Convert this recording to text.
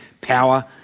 power